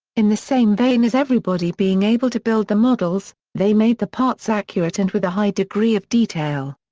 in the same vein as everybody being able to build the models, they made the parts accurate and with a high degree of detail.